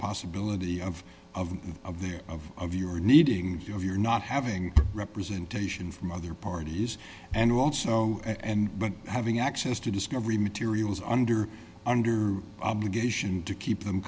possibility of of of their of of your needing your not having representation from other parties and also and but having access to discovery materials under under obligation to keep them